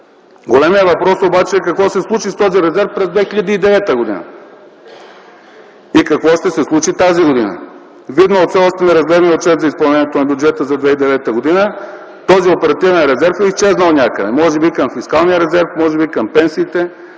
Големият въпрос обаче е: какво се случи с този резерв през 2009 г. и какво ще се случи тази година? Видно от все още неразгледания отчет за изпълнението на бюджета за 2009 г., този оперативен резерв е изчезнал някъде – може би към фискалния резерв, може би към пенсиите,